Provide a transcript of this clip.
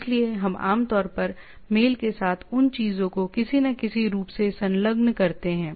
इसलिए हम आम तौर पर मेल के साथ उन चीजों को किसी न किसी रूप में संलग्न करते हैं